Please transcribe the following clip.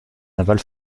navales